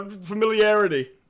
familiarity